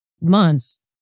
months